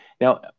Now